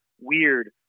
weird